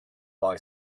boy